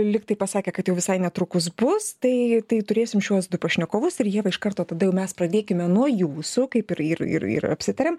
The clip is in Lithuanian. lygtai pasakė kad jau visai netrukus bus tai tai turėsim šiuos du pašnekovus ir ieva iš karto tada mes pradėkime nuo jūsų kaip ir ir ir apsitarėm